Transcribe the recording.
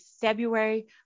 February